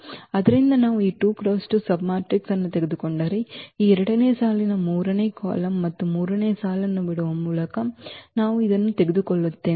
ಆದ್ದರಿಂದ ನಾವು ಈ 2 × 2 ಸಬ್ಮ್ಯಾಟ್ರಿಕ್ಸ್ ಅನ್ನು ತೆಗೆದುಕೊಂಡರೆ ಈ ಎರಡನೇ ಸಾಲಿನ ಮೂರನೇ ಕಾಲಮ್ ಮತ್ತು ಮೂರನೇ ಸಾಲನ್ನು ಬಿಡುವ ಮೂಲಕ ನಾವು ಇದನ್ನು ತೆಗೆದುಕೊಳ್ಳುತ್ತೇವೆ